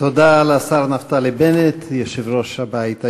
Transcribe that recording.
תודה לשר נפתלי בנט, יושב-ראש הבית היהודי.